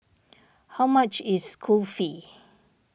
how much is Kulfi